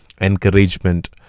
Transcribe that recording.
encouragement